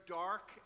dark